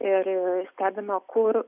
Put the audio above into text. ir stebime kur